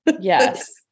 Yes